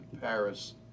Paris